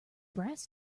brass